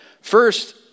First